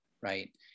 Right